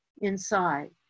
inside